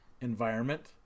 environment